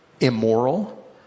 immoral